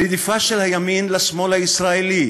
הרדיפה של הימין את השמאל הישראלי,